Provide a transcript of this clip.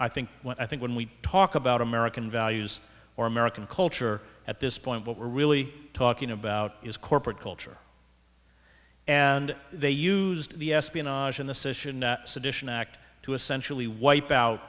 i think when i think when we talk about american values or american culture at this point what we're really talking about is corporate culture and they used the espionage in the sedition act to essentially wipe out